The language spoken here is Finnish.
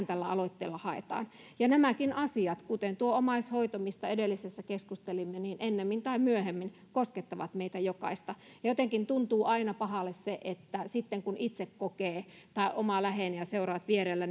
tällä aloitteella haetaan ja nämäkin asiat kuten tuo omaishoito mistä edellisessä keskustelimme ennemmin tai myöhemmin koskettavat meitä jokaista jotenkin tuntuu aina pahalle että sittenkö vasta kun itse kokee tai oma läheinen kokee ja seuraat vierellä